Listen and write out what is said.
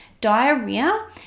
diarrhea